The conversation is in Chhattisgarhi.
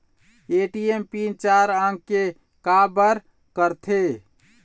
ए.टी.एम पिन चार अंक के का बर करथे?